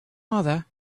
mother